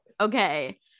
okay